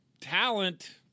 talent –